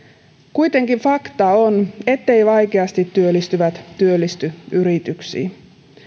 kuitenkin fakta on etteivät vaikeasti työllistyvät työllisty yrityksiin